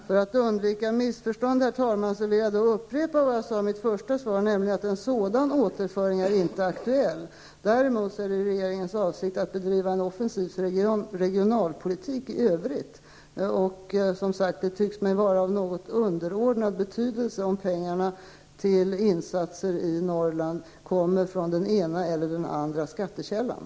Herr talman! För att undvika missförstånd vill jag upprepa vad jag sade i mitt första svar, nämligen att en sådan återföring inte är aktuell. Däremot är regeringens avsikt att bedriva en offensiv regionalpolitik i övrigt. Det tycks mig vara av något underordnad betydelse om pengarna till insatser i Norrland kommer från den ena eller den andra skattekällan.